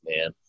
man